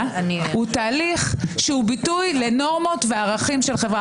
הוא תהליך שהוא ביטוי לנורמות וערכים של חברה.